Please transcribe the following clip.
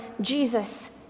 Jesus